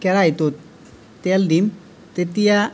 কেৰাহীটোত তেল দিম তেতিয়া